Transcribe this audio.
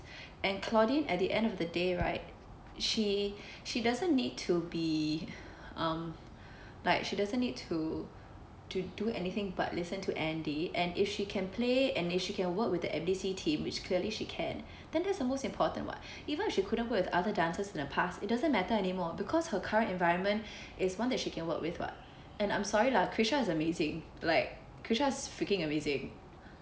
and claudine at the end of the day right she she doesn't need to be um like she doesn't need to to do anything but listen to andy and if she can play and if she can work with the M_D_C team which clearly she can then that's the most important [what] even if she couldn't go with other dancers in the past it doesn't matter anymore because her current environment it's one that she can work with what and I'm sorry lah kresha is amazing like kresha is freaking amazing